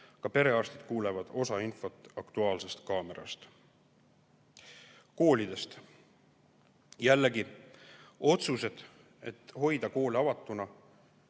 Ka perearstid kuulevad osa infot "Aktuaalsest kaamerast". Koolidest. Jällegi, otsused hoida koole avatuna